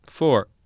Four